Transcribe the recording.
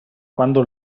quando